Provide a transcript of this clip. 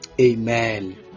Amen